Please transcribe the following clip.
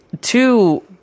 Two